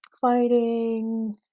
fighting